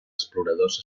exploradors